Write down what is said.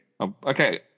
Okay